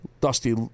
Dusty